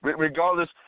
Regardless